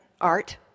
art